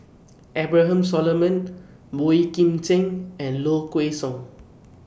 Abraham Solomon Boey Kim Cheng and Low Kway Song